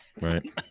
Right